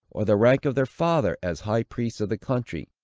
or the rank of their father, as high priest of the country,